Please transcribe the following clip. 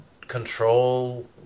control